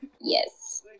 Yes